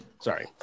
Sorry